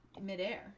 midair